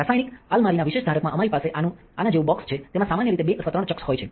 રાસાયણિક આલમારીના વિશેષ ધારકમાંઅમારી પાસે આના જેવું બોક્સ છે તેમાં સામાન્ય રીતે 2 અથવા 3 ચક્સ હોય છે